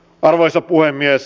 arvoisa puhemies